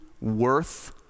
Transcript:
worth